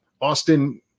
Austin